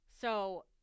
So-